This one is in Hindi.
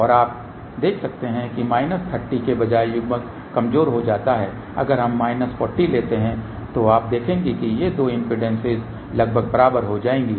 और आप देख सकते हैं कि माइनस 30 के बजाय युग्मन कमजोर हो जाता है अगर हम माइनस 40 लेते हैं तो आप देखेंगे कि ये दो इम्पीडेन्सेस लगभग बराबर हो जाएंगी